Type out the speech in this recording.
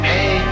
Hey